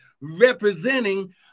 representing